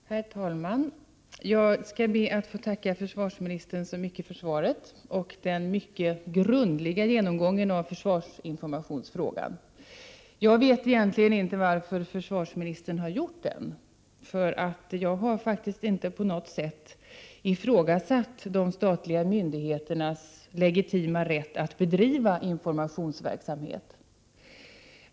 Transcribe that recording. Herr talman! Jag skall be att få tacka försvarsministern så mycket för svaret — 17 januari 1989 och för den grundliga genomgången av försvarsinformationsfrågan. Jag vet egentligen inte varför försvarsministern har gjort den, för jag har faktiskt inte på något sätt ifrågasatt de statliga myndigheternas legitima rätt att bedriva informationsverksamhet.